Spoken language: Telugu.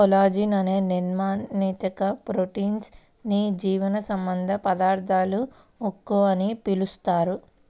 కొల్లాజెన్ అనే నిర్మాణాత్మక ప్రోటీన్ ని జీవసంబంధ పదార్థాల ఉక్కు అని పిలుస్తారు